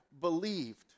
believed